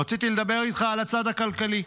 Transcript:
רציתי לדבר איתך על הצד הכלכלי.